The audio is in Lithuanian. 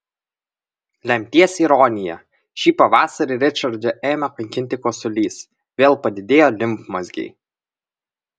lemties ironija šį pavasarį ričardą ėmė kankinti kosulys vėl padidėjo limfmazgiai